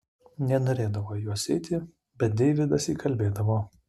nenorėdavo į juos eiti bet deividas įkalbėdavo